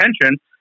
attention